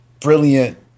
brilliant